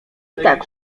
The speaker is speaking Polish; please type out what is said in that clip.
tak